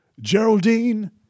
Geraldine